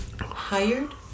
hired